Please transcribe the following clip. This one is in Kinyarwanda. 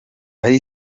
ally